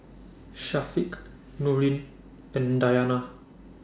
Syafiq Nurin and Dayana